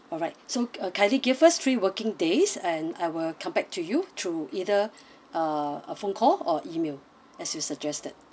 alright so kindly give us three working days and I will come back to you through either uh a phone call or email as you suggested